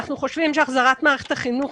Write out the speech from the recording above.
אנחנו חושבים שהחזרת מערכת החינוך,